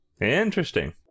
Interesting